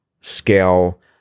scale